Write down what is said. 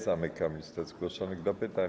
Zamykam listę zgłoszonych do pytań.